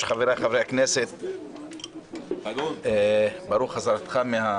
היושב-ראש, ברוך חזרתך מהבידוד.